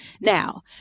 Now